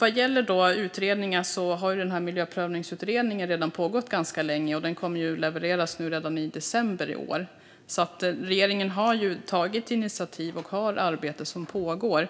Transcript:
Vad gäller utredningen har den här miljöprövningsutredningen redan pågått ganska länge, och den kommer att levereras redan i december i år. Regeringen har alltså tagit initiativ och har arbete som pågår.